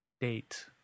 date